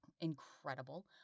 incredible